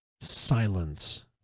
Silence